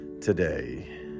today